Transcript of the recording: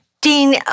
Dean